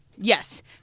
Yes